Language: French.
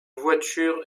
voiture